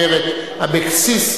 גברת אבקסיס,